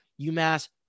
UMass